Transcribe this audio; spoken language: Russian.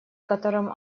которым